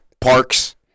Parks